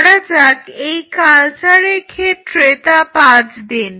ধরা যাক এই কালচারের ক্ষেত্রে তা 5 দিন